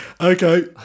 Okay